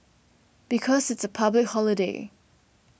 because it's a public holiday